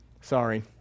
Sorry